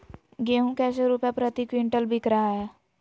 गेंहू कैसे रुपए प्रति क्विंटल बिक रहा है?